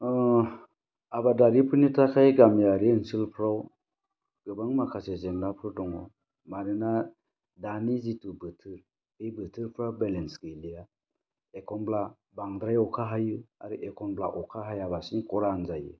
आबादारिफोरनि थाखाय गामियारि ओनसोलफोराव गोबां माखासे जेंनाफोर दङ मानोना दानि जितु बोथोर बे बोथोरफोरा बेलेन्स गैलिया एखमब्ला बांद्राय अखा हायो आरो एखमब्ला अखा हायालासिनो खरान जायो